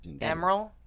Emerald